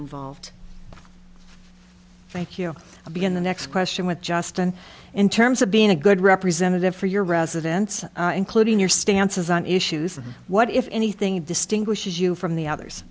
involved thank you begin the next question with justin and terms of being a good representative for your residents including your stances on issues and what if anything distinguishes you from the others